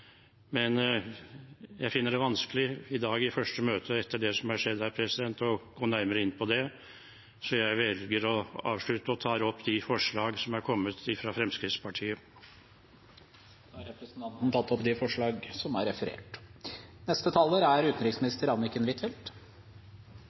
Men jeg finner det vanskelig i dag, i det første møtet etter det som er skjedd, å gå nærmere inn på det. Så jeg velger å avslutte og tar opp de forslag som er kommet fra Fremskrittspartiet. Da har representanten Carl I. Hagen tatt opp de